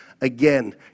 again